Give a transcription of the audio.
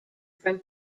from